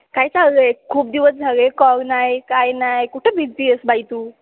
काय चाललं आहे खूप दिवस झाले कॉल नाही काही नाही कुठं बिझी आहेस बाई तू